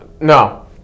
no